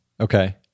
Okay